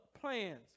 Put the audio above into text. plans